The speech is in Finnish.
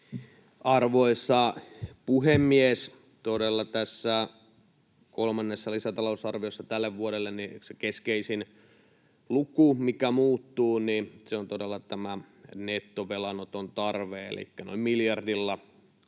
Todella tässä kolmannessa lisätalousarviossa tälle vuodelle se keskeisin luku, mikä muuttuu, on todella tämä nettovelanoton tarve, elikkä noin miljardilla